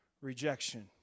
rejection